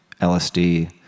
LSD